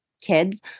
kids